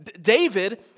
David